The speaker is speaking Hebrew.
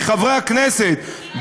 מחברי הכנסת,